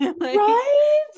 Right